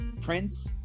Prince